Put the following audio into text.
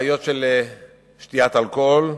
בעיות של שתיית אלכוהול,